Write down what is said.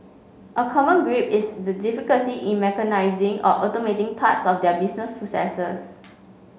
a common gripe is the difficulty in mechanising or automating parts of their business processes